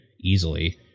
Easily